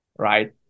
Right